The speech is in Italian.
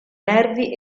nervi